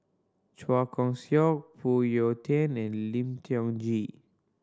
Chua Kon Siong Phoon Yew Tien and Lim Tiong Ghee